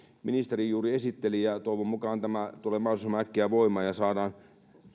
ministeri juuri esitteli ja ja toivon mukaan tämä tulee mahdollisimman äkkiä voimaan ja saadaan